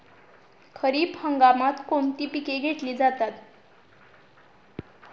खरीप हंगामात कोणती पिके घेतली जातात?